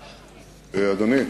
אדוני,